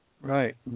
Right